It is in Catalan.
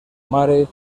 mare